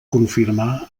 confirmar